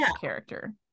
character